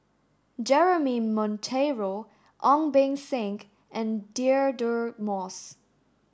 Jeremy Monteiro Ong Beng Seng and Deirdre Moss